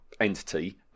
entity